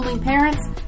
parents